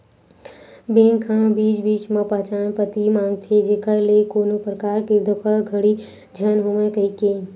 bank ह बीच बीच म पहचान पती मांगथे जेखर ले कोनो परकार के धोखाघड़ी झन होवय कहिके